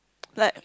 like